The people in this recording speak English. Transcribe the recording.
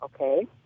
Okay